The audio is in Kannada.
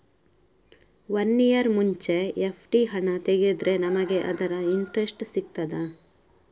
ವನ್ನಿಯರ್ ಮುಂಚೆ ಎಫ್.ಡಿ ಹಣ ತೆಗೆದ್ರೆ ನಮಗೆ ಅದರ ಇಂಟ್ರೆಸ್ಟ್ ಸಿಗ್ತದ?